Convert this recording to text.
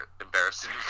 embarrassing